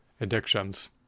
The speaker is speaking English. addictions